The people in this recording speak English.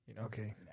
okay